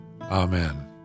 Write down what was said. Amen